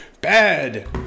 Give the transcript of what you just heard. Bad